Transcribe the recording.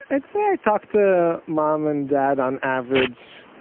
i'd say i talk to mom and dad on average ahhh,